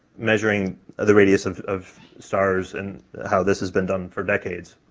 measuring the radius of of stars and how this has been done for decades,